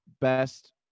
best